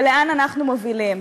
ולאן אנחנו מובילים,